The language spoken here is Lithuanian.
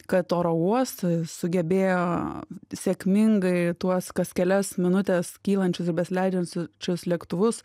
kad oro uostai sugebėjo sėkmingai tuos kas kelias minutes kylančius besileidžiančius lėktuvus